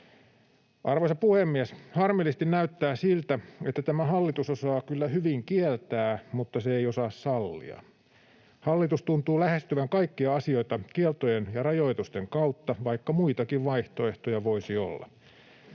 Arvoisa puhemies! Harmillisesti näyttää siltä, että tämä hallitus osaa kyllä hyvin kieltää mutta se ei osaa sallia. Hallitus tuntuu lähestyvän kaikkia asioita kieltojen ja rajoitusten kautta, vaikka muitakin vaihtoehtoja voisi olla.